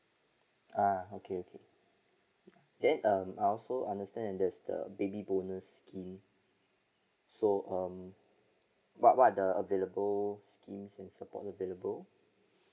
uh okay okay then um I also understand that's the baby bonus scheme so um what what are the available scheme and support available